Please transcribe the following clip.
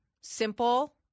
simple